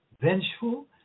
vengeful